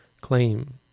claim